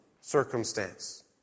circumstance